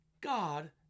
God